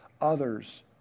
others